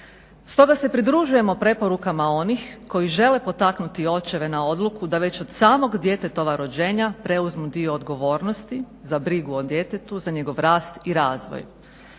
Stoga se pridružujemo preporukama onih koji žele potaknuti očeve na odluku da već od samog djetetova rođenja preuzmu dio odgovornosti za brigu o djetetu, za njegov rast i razvoj,